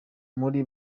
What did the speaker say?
muri